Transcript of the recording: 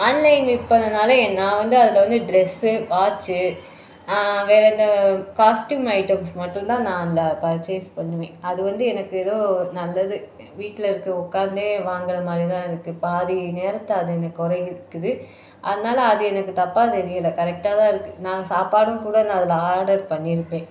online விற்பனைனால என் நான் வந்து அதில் வந்து ட்ரெஸ்ஸு வாட்ச்சு வேற எந்த காஸ்ட்டியும் ஐட்டம்ஸ் மட்டும் தான் நான் அதில் பர்ச்சேஸ் பண்ணுவேன் அது வந்து எனக்கு ஏதோ நல்லது வீட்டில இருக்க உக்காந்தே வாங்குகிற மாதிரி தான் இருக்குது பாதி நேரத்தை அது என்ன குறைக்கிது அதனால் அது எனக்கு தப்பாக தெரியலை கரெக்டாக தான் இருக்குது நான் சாப்பாடும் கூட நான் அதில் ஆர்டர் பண்ணியிருப்பேன்